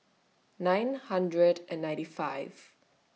nine hundred and ninety five